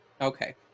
Okay